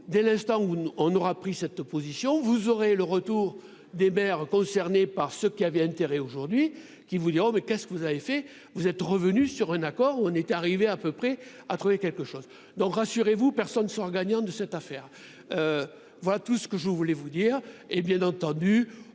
dès l'instant où on aura pris cette position, vous aurez le retour des maires concernés par ce qui avait intérêt aujourd'hui qui vous diront : mais qu'est-ce que vous avez fait, vous êtes revenu sur un accord, on est arrivé à peu près à trouver quelque chose, donc rassurez-vous personne ne sort gagnant de cette affaire, voilà tout ce que je voulais vous dire